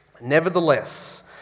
Nevertheless